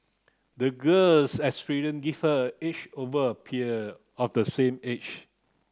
the girl's gave her a edge over her peer of the same age